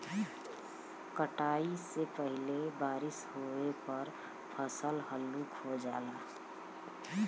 कटाई से पहिले बारिस होये पर फसल हल्लुक हो जाला